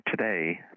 today